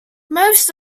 most